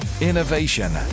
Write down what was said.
innovation